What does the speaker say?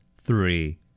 three